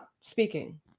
speaking